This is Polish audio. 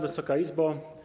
Wysoka Izbo!